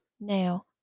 now